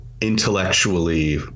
intellectually